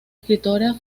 escritora